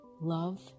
love